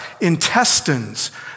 intestines